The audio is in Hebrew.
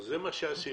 זה מה שעשינו,